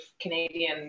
Canadian